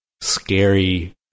scary